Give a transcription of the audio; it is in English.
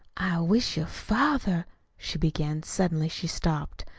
i wish your father she began. suddenly she stopped.